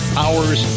hours